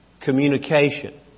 communication